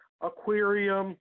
aquarium